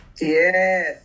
Yes